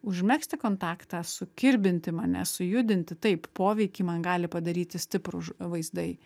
užmegzti kontaktą sukirbinti mane sujudinti taip poveikį man gali padaryti stiprūs vaizdai